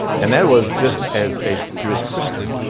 and there was just as a jewish christian,